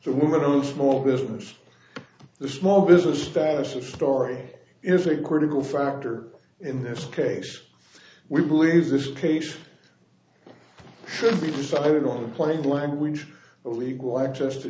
the woman who small business the small business ties a story if a critical factor in this case we believe this case should be decided on a plain language legal access to